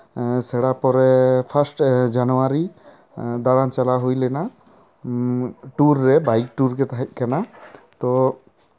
ᱥᱮᱲᱟ ᱯᱚᱨᱮ first January ᱫᱟᱬᱟᱱ ᱪᱟᱞᱟᱣ ᱦᱩᱭ ᱞᱮᱱᱟ ᱴᱩᱨ ᱨᱮ ᱵᱟᱭᱤᱠ ᱴᱩᱨ ᱜᱮ ᱛᱟᱦᱮᱸᱫ ᱠᱟᱱᱟ ᱛᱚ